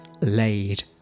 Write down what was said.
laid